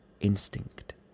instinct